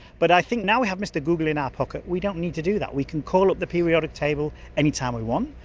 but i think now we have mr google in our pocket we don't need to do that. we can call up the periodic table any time we want.